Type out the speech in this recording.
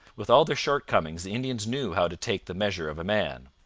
with all their shortcomings, the indians knew how to take the measure of a man.